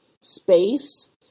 space